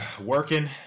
working